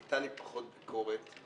הייתה לי פחות ביקורת,